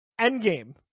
Endgame